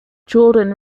jordan